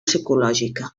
psicològica